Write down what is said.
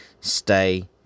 stay